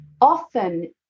often